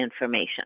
information